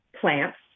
plants